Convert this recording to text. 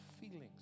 feelings